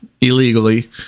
illegally